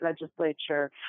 legislature